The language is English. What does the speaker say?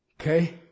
okay